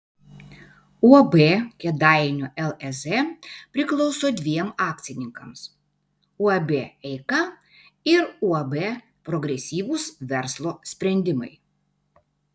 uab kėdainių lez priklauso dviem akcininkams uab eika ir uab progresyvūs verslo sprendimai